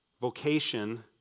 Vocation